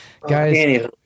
guys